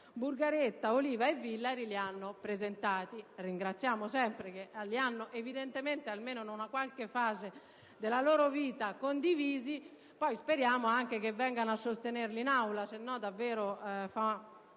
Burgaretta Aparo, Oliva e Villari li hanno presentati: ringraziamo sempre che li abbiano, evidentemente almeno in una qualche fase della loro vita, condivisi e speriamo che poi vengano a sostenerli in Aula; altrimenti davvero fa